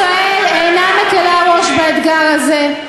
ממשלת ישראל אינה מקִלה ראש באתגר הזה.